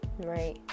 Right